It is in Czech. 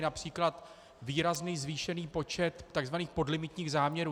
Například výrazný zvýšený počet tzv. podlimitních záměrů.